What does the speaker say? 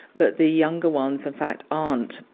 but the younger ones in fact aren't.